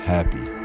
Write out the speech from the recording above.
Happy